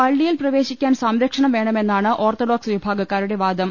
പള്ളിയിൽ പ്രവേശിക്കാൻ സംരക്ഷണം വേണമെന്നാണ് ഓർത്തഡോക്സ് വിഭാഗക്കാ രുടെ വാദം